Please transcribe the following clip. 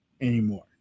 anymore